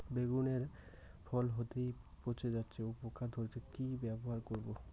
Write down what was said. বেগুনের ফল হতেই পচে যাচ্ছে ও পোকা ধরছে কি ব্যবহার করব?